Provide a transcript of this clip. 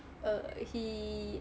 err he